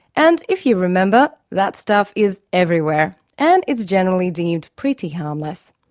and, if you remember, that stuff is everywhere, and is generally deemed pretty harmless.